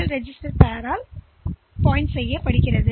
L பேர் சுட்டிக்காட்டுகிறது